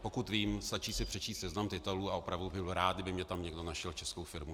Pokud vím, stačí si přečíst seznam titulů a opravdu bych byl rád, kdyby mi tam někdo našel českou firmu.